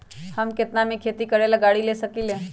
हम केतना में खेती करेला गाड़ी ले सकींले?